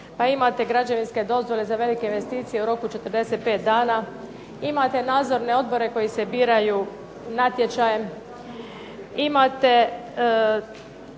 pa imate građevinske dozvole za velike investicije u roku 45 dana, imate nadzorne odbore koji se biraju natječajem, imate